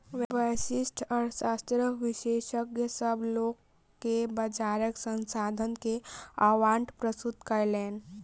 व्यष्टि अर्थशास्त्रक विशेषज्ञ, सभ लोक के बजारक संसाधन के आवंटन प्रस्तुत कयलैन